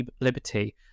liberty